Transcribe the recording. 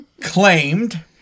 claimed